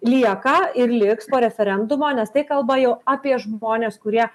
lieka ir liks po referendumo nes tai kalba jau apie žmones kurie